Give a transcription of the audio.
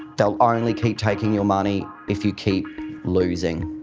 they'll only keep taking your money if you keep losing.